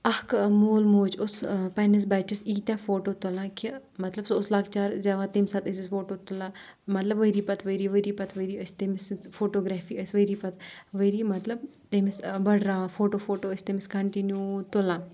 اَکھ مول موج اوس پَننِس بَچس ایٖتیاہ فوٹو تُلان کہِ مطلب سُہ اوس لۄکچار زؠوان تمہِ ساتہٕ ٲسٕس فوٹو تُلان مَطلب ؤری پَتہٕ ؤہٕرۍ ؤری پَتہٕ ؤری ٲسۍ تٔمۍ سٕنز فوٹوگرافی ٲس ؤری پَتہٕ ؤری مطلب تٔمِس بٔڑراوان فوٹو فوٹو ٲسۍ تٔمِس کَنٹنیوٗ تُلان